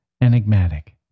enigmatic